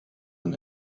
and